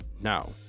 Now